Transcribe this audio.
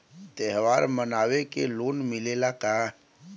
त्योहार मनावे के लोन मिलेला का?